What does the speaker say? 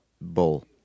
bull